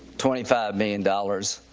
twenty five million dollars,